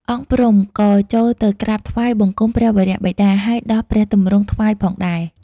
អង្គព្រំ ក៏ចូលទៅក្រាបថ្វាយបង្គំព្រះវរបិតា ហើយដោះព្រះទម្រង់ថ្វាយផងដែរ។